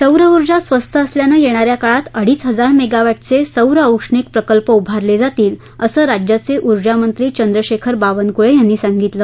सौर ऊर्जा स्वस्त असल्यानं येणा या काळात अडीच हजार मेगावॅटचे सौर औष्णिक प्रकल्प उभारले जातील असं राज्याचे ऊर्जामंत्री चंद्रशेखर बावनकुळे यांनी सांगितलं